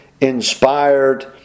inspired